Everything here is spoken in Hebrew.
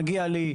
מגיע לי,